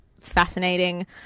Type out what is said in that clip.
fascinating